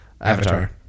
Avatar